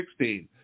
2016